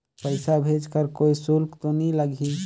पइसा भेज कर कोई शुल्क तो नी लगही?